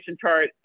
chart